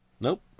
Nope